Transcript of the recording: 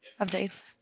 updates